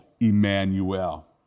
Emmanuel